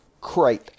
crate